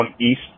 East